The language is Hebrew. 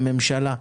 הן ממשלה.